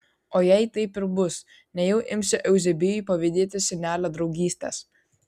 o jei taip ir bus nejau imsi euzebijui pavydėti senelio draugystės